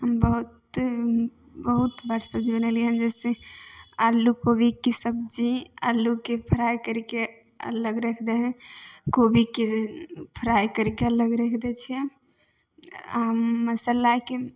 हम बहुत बहुत बार सब्जी बनेलिए हन जइसे आलू कोबीके सब्जी आलूके फ्राइ करिके अलग रखि दै हइ कोबीके फ्राइ करिके अलग रखि दै छिए आओर मसल्लाके